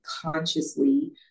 consciously